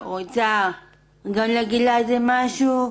גם רוצה להגיד לה משהו,